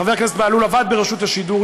חבר הכנסת בהלול עבד ברשות השידור,